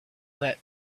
that